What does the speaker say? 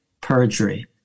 perjury